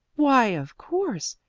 why, of course.